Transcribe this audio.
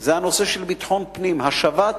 זה הנושא של ביטחון פנים, השבת